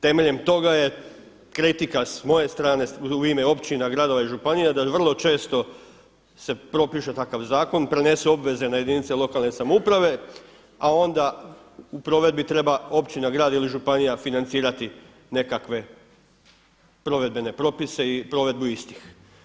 Temeljem toga je kritika s moje strane u ime općina, gradova i županija da vrlo često se propiše takav zakon, prenesu obveze na jedinice lokalne samouprave, a onda u provedbi treba općina, grad ili županija financirati nekakve provedbene propise i provedbu istih.